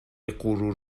غرور